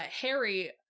Harry